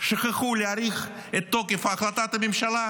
שכחו להאריך את תוקף החלטת הממשלה,